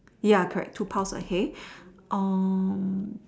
ya correct two piles of hay um